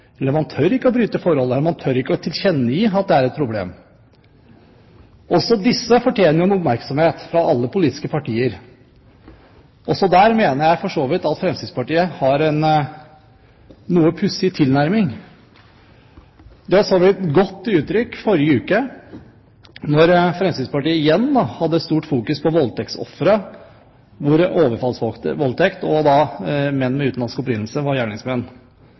eller man tør ikke å bryte forholdet, man tør ikke å tilkjennegi at det er et problem. Også disse fortjener en oppmerksomhet fra alle politiske partier. Der mener jeg for så vidt at Fremskrittspartiet har en noe pussig tilnærming. Det kom for så vidt godt til uttrykk i forrige uke da Fremskrittspartiet igjen hadde stort fokus på ofre for overfallsvoldtekter, hvor menn med utenlandsk opprinnelse var gjerningsmenn.